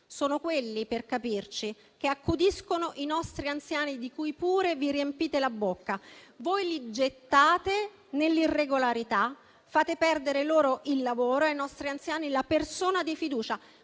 coloro che, per capirci, accudiscono i nostri anziani, di cui pure vi riempite la bocca. Voi li gettate nell'irregolarità, fate perdere loro il lavoro e ai nostri anziani la persona di fiducia.